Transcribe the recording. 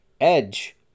Edge